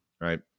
right